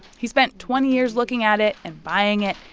he spent twenty years looking at it and buying it.